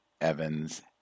Evans